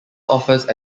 offers